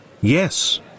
Yes